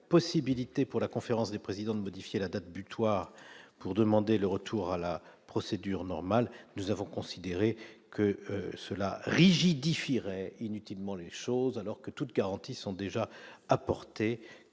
possibilité pour la conférence des présidents de modifier la date butoir pour demander le retour à la procédure normale, nous avons considéré que cela rigidifie Ray inutilement les choses alors que toute garantie sont déjà apporté